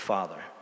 Father